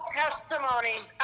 testimonies